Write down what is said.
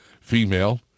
female